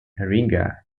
riga